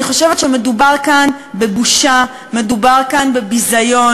אני חושבת שמדובר כאן בבושה, מדובר כאן בביזיון.